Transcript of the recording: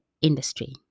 industry